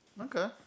Okay